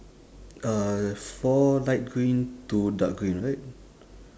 uh four light green two dark green right